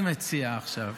אני מציעה עכשיו,